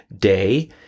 day